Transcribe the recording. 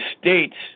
states